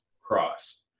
cross